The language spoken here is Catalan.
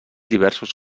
diversos